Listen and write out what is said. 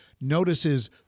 notices